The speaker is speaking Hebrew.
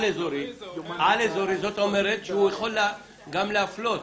על-אזורי, זאת אומרת שהוא יכול גם להפלות